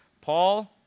Paul